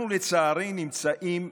אנחנו לצערי נמצאים,